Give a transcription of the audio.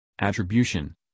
Attribution